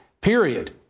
period